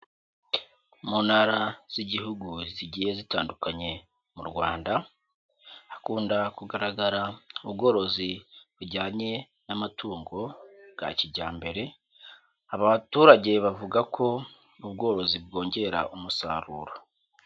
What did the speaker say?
Muntara z'igihugu zigiye zitandukanye mu Rwanda, hakunda kugaragara ubworozi bujyanye n'amatungo bwa kijyambere, abaturage bavuga ko ubworozi bwongera umusaruro.